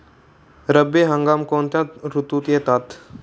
रब्बी हंगाम कोणत्या ऋतूत येतात?